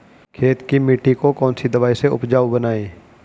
खेत की मिटी को कौन सी दवाई से उपजाऊ बनायें?